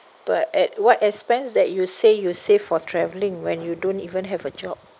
but at what expense that you say you save for traveling when you don't even have a job